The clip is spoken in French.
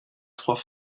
trois